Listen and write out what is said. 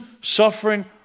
suffering